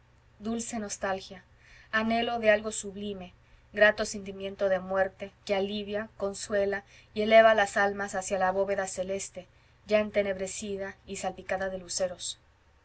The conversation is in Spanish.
dulce nostalgia anhelo de algo sublime grato sentimiento de muerte que alivia consuela y eleva las almas hacia la bóveda celeste ya entenebrecida y salpicada de luceros